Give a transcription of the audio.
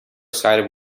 sided